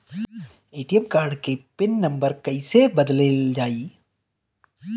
ATM card के pin number कईसे बदलल जाई?